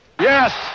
Yes